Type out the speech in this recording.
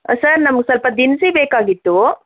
sir ನಮಗೆ ಸ್ವಲ್ಪ ದಿನಸಿ ಬೇಕಾಗಿತ್ತು